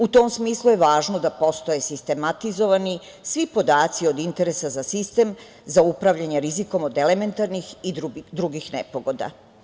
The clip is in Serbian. U tom smislu je važno da postoje sistematizovani svi podaci od interesa za sistem, za upravljanje rizikom od elementarnih i drugih nepogoda.